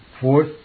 Fourth